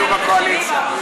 בקואליציה.